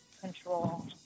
control